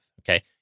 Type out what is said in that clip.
okay